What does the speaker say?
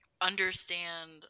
understand